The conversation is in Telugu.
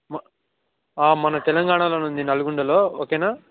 మన తెలంగాణలోనే ఉంది నల్గొండలో ఓకేనా